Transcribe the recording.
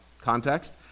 context